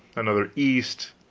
another east,